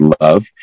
love